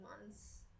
months